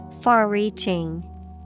Far-reaching